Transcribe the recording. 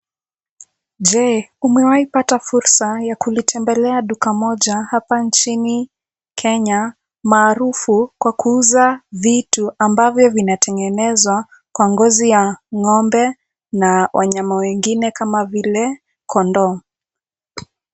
Je, umewai pata fursa ya kutembelea duka moja kubwa hapa nchini Kenya maarufu kwa kuuza vitu ambavyo vinatengenezwa kwa ngozi ya ng'ombe na wanyama wengine kama vile kondoo.